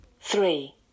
Three